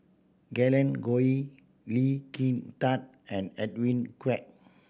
Glen Goei Lee Kin Tat and Edwin Koek